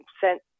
sent